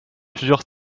plusieurs